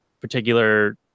particular